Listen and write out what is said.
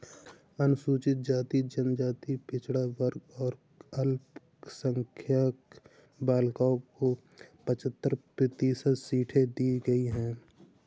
अनुसूचित जाति, जनजाति, पिछड़ा वर्ग तथा अल्पसंख्यक बालिकाओं को पचहत्तर प्रतिशत सीटें दी गईं है